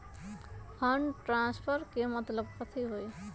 Fund transfer के मतलब कथी होई?